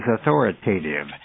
authoritative